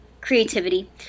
creativity